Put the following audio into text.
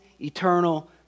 eternal